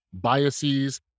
biases